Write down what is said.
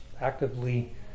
actively